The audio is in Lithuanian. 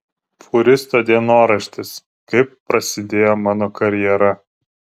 fūristo dienoraštis kaip prasidėjo mano karjera